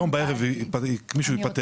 אבל היום בערב מישהו ייפטר,